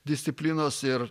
disciplinos ir